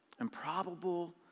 Improbable